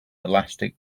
elastic